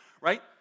right